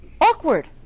awkward